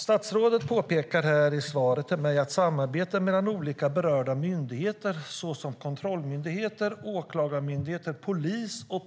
Statsrådet påpekar i svaret till mig att samarbeten "mellan olika berörda myndigheter, såsom kontrollmyndigheter, åklagarmyndigheter, polis och